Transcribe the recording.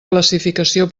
classificació